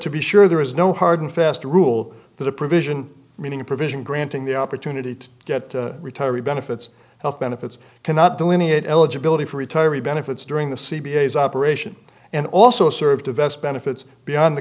to be sure there is no hard and fast rule that a provision meaning a provision granting the opportunity to get retiree benefits health benefits cannot delineate eligibility for retiree benefits during the c b s operation and also served to vest benefits beyond the